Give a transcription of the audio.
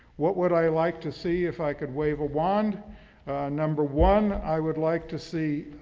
what would i like to see if i could wave a wand? a number one. i would like to see,